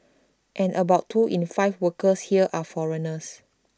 and about two in five workers here are foreigners